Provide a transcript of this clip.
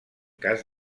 cas